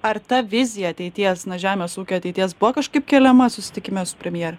ar ta vizija ateities na žemės ūkio ateities buvo kažkaip keliama susitikime su premjere